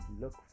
look